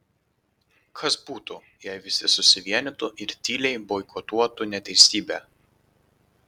kas būtų jei visi susivienytų ir tyliai boikotuotų neteisybę